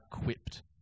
equipped